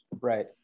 Right